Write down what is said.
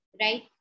right